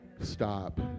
stop